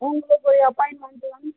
வாங்க சார் போய் அப்பாயிண்ட் வாங்கிக்கலாம்